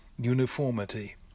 uniformity